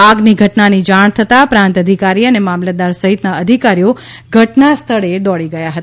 આગની ઘટનાની જાણ થતાં પ્રાંત અધિકારી અને મામલતદાર સહિતના અધિકારીઓ ઘટનાસ્થળે દોડી આવ્યા હતા